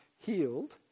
healed